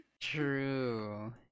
True